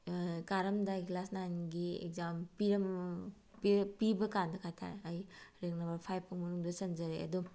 ꯀꯥꯔꯝꯗꯥꯏ class ꯅꯥꯏꯟꯒꯤ exam ꯄꯤꯕ ꯀꯥꯟꯗ ꯀꯩ ꯍꯥꯏꯇꯥꯔꯦ ꯑꯩ ꯔꯦꯡ ꯅꯝꯕꯔ ꯐꯥꯏꯚꯐꯥꯎ ꯃꯅꯨꯡꯗ ꯆꯟꯖꯔꯛꯑꯦ ꯑꯗꯨꯝ